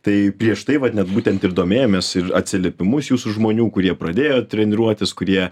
tai prieš tai vat net būtent ir domėjomės ir atsiliepimus jūsų žmonių kurie pradėjo treniruotis kurie